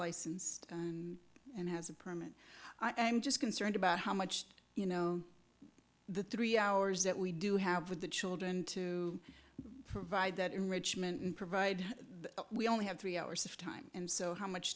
licensed and has a permit i'm just concerned about how much you know the three hours that we do have with the children to provide that enrichment and provide we only have three hours of time so how much